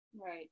Right